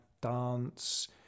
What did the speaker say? dance